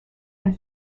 and